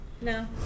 No